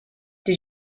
did